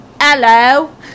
Hello